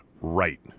right